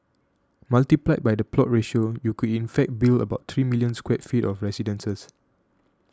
multiplied by the plot ratio you could in fact build about three million square feet of residences